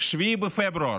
7 בפברואר.